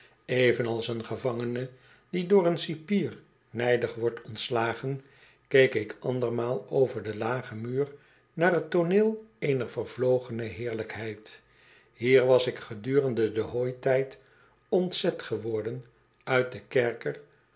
evenals een gevangene die dooiden cipier nijdig wordt ontslagen keek ik andermaal over den lagen muur naar t tooneel eendver vlogen e heerlijkheid hier was ik gedurende den hooityd ontzet geworden uit den kerker